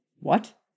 What